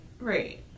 right